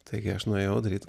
taigi aš nuėjau daryt